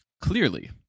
clearly